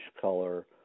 color